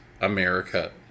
america